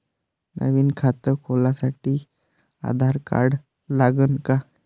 नवीन खात खोलासाठी आधार कार्ड लागन का?